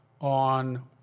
on